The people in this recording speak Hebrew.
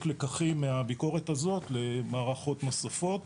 לקחים מהביקורת הזאת למערכות נוספות.